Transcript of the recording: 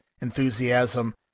enthusiasm